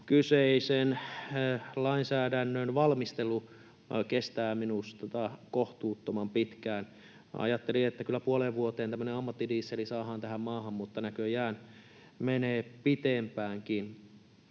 kyseisen lainsäädännön valmistelu kestää minusta kohtuuttoman pitkään. Ajattelin, että kyllä puoleen vuoteen tämmöinen ammattidiesel saadaan tähän maahan, mutta näköjään menee pitempäänkin.